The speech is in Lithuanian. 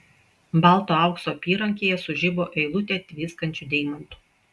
balto aukso apyrankėje sužibo eilutė tviskančių deimantų